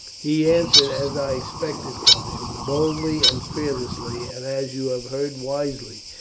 he answered as i expected from him, boldly and fearlessly, and, as you have heard wisely,